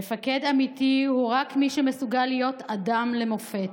מפקד אמיתי הוא רק מי שמסוגל להיות אדם למופת,